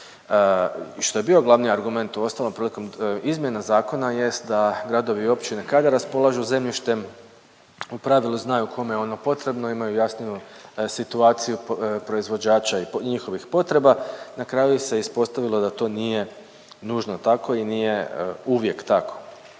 što je bio glavni argument uostalom prilikom izmjena zakona jest da gradovi i općine kada raspolažu zemljištem u pravilu znaju koje je ono potrebno imaju jasniju situaciju proizvođača i njihovih potreba. I na kraju se ispostavilo da to nije nužno tako i nije uvijek tako.